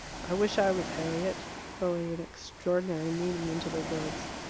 i wish i was harriet, throwing an extraordinary meaning into the words.